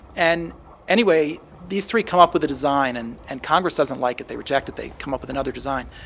and anyway, these three come up with a design, and and congress doesn't like it. they reject it. they come up with another design.